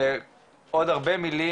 ועוד הרבה מלים,